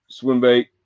Swimbait